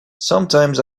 sometimes